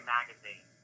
Magazine